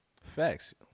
Facts